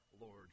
Lord